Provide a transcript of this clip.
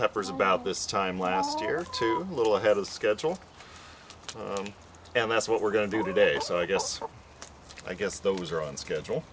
peppers about this time last year too a little ahead of schedule and that's what we're going to do today so i guess i guess those are on schedule